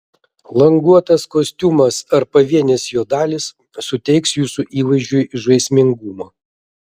languotas kostiumas ar pavienės jo dalys suteiks jūsų įvaizdžiui žaismingumo